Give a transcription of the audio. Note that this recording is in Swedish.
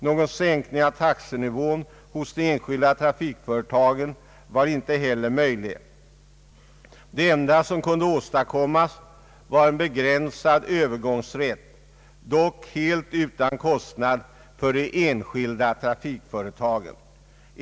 Någon sänkning av taxenivån hos de enskilda trafikföretagen var inte heller möjlig. Det enda som kunde åstadkommas var en begränsad övergångsrätt, dock helt utan kostnad för de enskilda trafikföretagen.